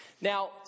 Now